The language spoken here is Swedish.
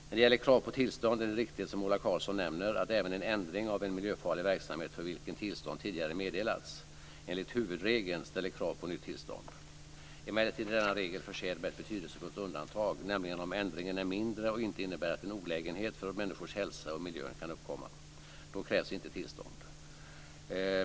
När det gäller krav på tillstånd är det riktigt som Ola Karlsson nämner att även en ändring av en miljöfarlig verksamhet, för vilken tillstånd tidigare meddelats, enligt huvudregeln ställer krav på nytt tillstånd. Emellertid är denna regel försedd med ett betydelsefullt undantag, nämligen om ändringen är mindre och inte innebär att en olägenhet för människors hälsa och miljön kan uppkomma. Då krävs inte tillstånd.